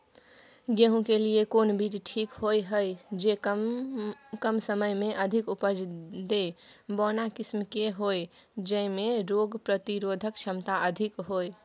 गेहूं के लिए कोन बीज ठीक होय हय, जे कम समय मे अधिक उपज दे, बौना किस्म के होय, जैमे रोग प्रतिरोधक क्षमता अधिक होय?